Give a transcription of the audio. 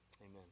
Amen